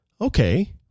Okay